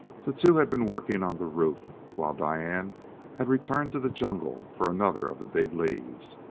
the two had been working on the roof, while diane had returned to the jungle for another of the big leaves.